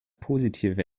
positive